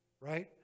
right